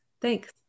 Thanks